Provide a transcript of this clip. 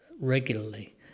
regularly